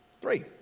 Three